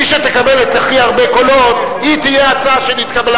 מי שתקבל הכי הרבה קולות היא תהיה ההצעה שנתקבלה